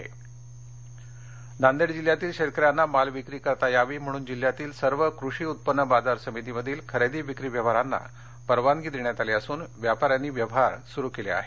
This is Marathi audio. हळद विक्री नांदेड जिल्ह्यातील शेतकऱ्यांना माल विक्री करता यावी म्हणून जिल्ह्यातील सर्व कृषि उत्पन्न बाजार समिती मधील खरेदी विक्री व्यवहारांना परवानगी देण्यात आली असून व्यापाऱ्यांनी व्यवहार सुरू केले आहेत